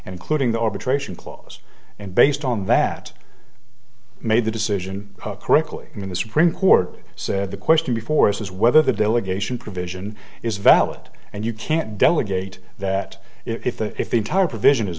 including the arbitration clause and based on that made the decision correctly when the supreme court said the question before us is whether the delegation provision is valid and you can't delegate that if the if the entire provision is